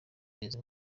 izi